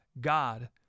God